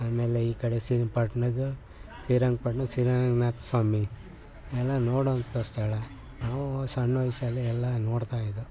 ಆಮೇಲೆ ಈ ಕಡೆ ಶ್ರೀರಂಗ್ಪಟ್ಣದ್ದು ಶ್ರೀರಂಗಪಟ್ಟಣ ಶ್ರೀರಂಗನಾಥ್ ಸ್ವಾಮಿ ಎಲ್ಲ ನೊಡೋಂಥ ಸ್ಥಳ ನಾವು ಸಣ್ಣ ವಯಸ್ಸಲ್ಲೇ ಎಲ್ಲ ನೋಡ್ತಾಯಿದ್ದೊ